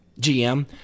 GM –